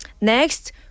next